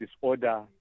disorder